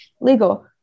legal